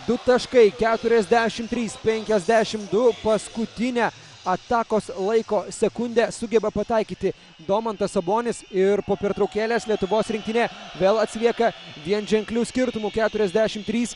du taškai keturiasdešim trys penkiasdešim du paskutinę atakos laiko sekundę sugeba pataikyti domantas sabonis ir po pertraukėlės lietuvos rinktinė vėl atsilieka vienženkliu skirtumu keturiasdešim trys